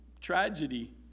Tragedy